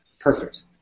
perfect